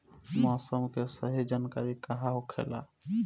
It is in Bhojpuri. मौसम के सही जानकारी का होखेला?